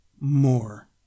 more